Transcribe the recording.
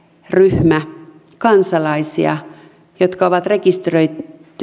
ryhmä kansalaisia jotka on rekisteröity